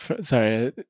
Sorry